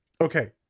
Okay